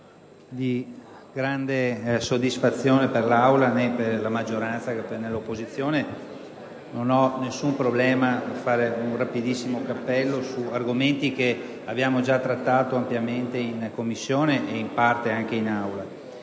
di grande soddisfazione né per la maggioranza né per l'opposizione, non ho alcun problema a svolgere una rapidissima premessa su argomenti che abbiamo già trattato ampiamente in Commissione e in parte anche in Aula.